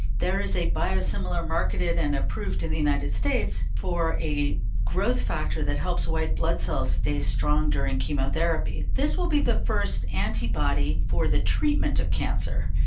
there is a biosimilar marketed and approved in the united states for a growth factor that helps white blood cells stay strong during chemotherapy. this will be the first antibody for the treatment of cancer,